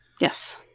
Yes